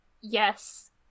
Yes